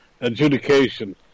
adjudication